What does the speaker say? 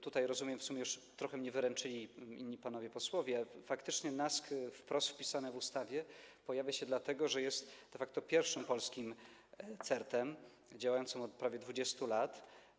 Tutaj w sumie już trochę wyręczyli mnie inni panowie posłowie, ale faktycznie NASK wprost wpisane w ustawie pojawia się dlatego, że jest de facto pierwszym polskim CERT-em, działającym od prawie 20 lat.